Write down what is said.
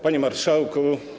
Panie Marszałku!